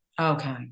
Okay